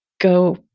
go